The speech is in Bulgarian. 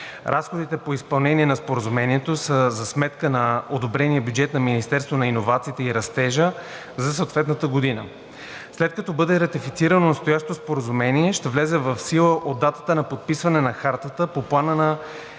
Разходите по изпълнение на Споразумението са за сметка на одобрения бюджет на Министерство на иновациите и растежа за съответната година. След като бъде ратифицирано, настоящото Споразумение ще влезе в сила от датата на подписване на Хартата по Плана за европейска